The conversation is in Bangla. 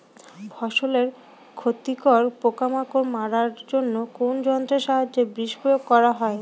ফসলের ক্ষতিকর পোকামাকড় মারার জন্য কোন যন্ত্রের সাহায্যে বিষ প্রয়োগ করা হয়?